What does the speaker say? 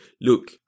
look